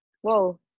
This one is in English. Whoa